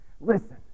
listen